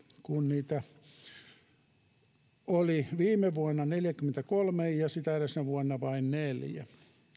kun niitä oli viime vuonna neljäkymmentäkolme ja sitä edellisenä vuonna vain neljä